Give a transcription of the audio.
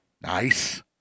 Nice